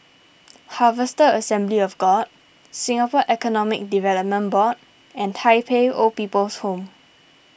Harvester Assembly of God Singapore Economic Development Board and Tai Pei Old People's Home